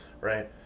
right